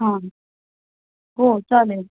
हा हो चालेल